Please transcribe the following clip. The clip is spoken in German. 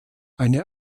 eine